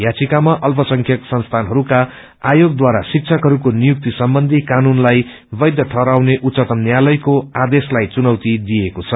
याचिकामा अल्पसंख्यक संस्थानहरूका आयोगदारा शिक्षकहरूको नियुक्ति सम्बन्ची कानूनलाई वैष ठहराउने उच्चतम न्यायातयको आदेशलाई चुनौती दिइएको छ